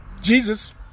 Jesus